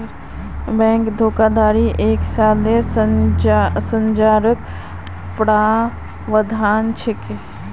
bank धोखाधडीत कई सालेर सज़ारो प्रावधान छेक